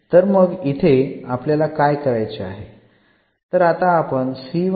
तर मग इथे आपल्याला काय कराचे आहे